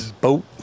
boat